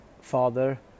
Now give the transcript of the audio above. father